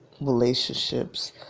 relationships